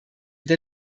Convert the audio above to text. der